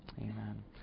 Amen